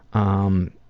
um,